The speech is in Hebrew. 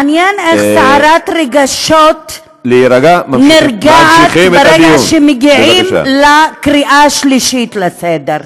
מעניין איך סערת רגשות נרגעת ברגע שמגיעים לקריאה שלישית לסדר.